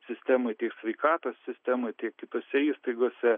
sistemoj tiek sveikatos sistemoj tiek kitose įstaigose